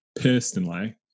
personally